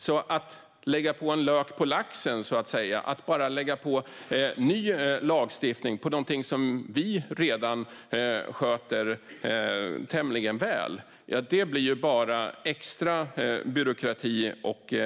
Att då lägga lök på laxen i form av ny lagstiftning på något som vi redan sköter tämligen väl blir bara extra byråkrati och krångel.